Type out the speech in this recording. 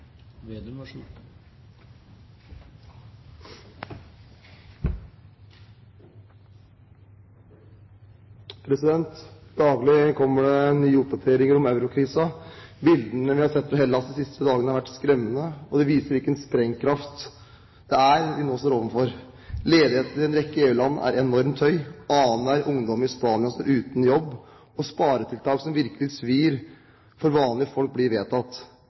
det viser hvilken sprengkraft det er vi nå står overfor. Ledigheten i en rekke EU-land er enormt høy. Annenhver ungdom i Spania står uten jobb, og sparetiltak som virkelig svir for vanlige folk, blir vedtatt.